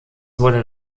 wurde